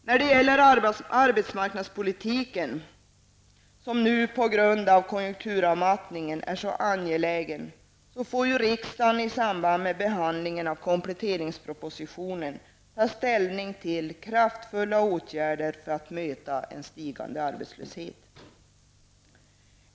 Vad gäller arbetsmarknadspolitiken, som nu på grund av konjunkturavmattningen är så angelägen, får riksdagen i samband med behandlingen av kompletteringspropositionen ta ställning till kraftfulla åtgärder för att möta en stigande arbetslöshet.